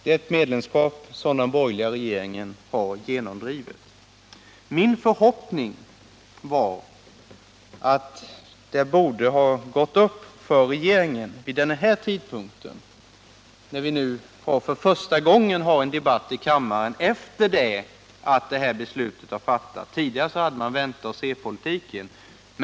Det är ett medlemskap som den borgerliga regeringen har genomdrivit. Min förhoppning var att sammanhanget skulle ha gått upp för regeringen vid denna tidpunkt, när vi nu för första gången har en debatt i kammaren efter det att beslutet fattats. Tidigare bedrev man vänta-och-se-politiken.